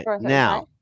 now